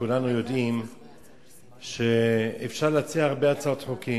כולנו יודעים שאפשר להציע הרבה הצעות חוק: